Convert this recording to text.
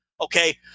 Okay